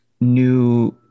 new